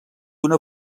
una